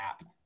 app